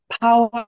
power